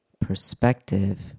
perspective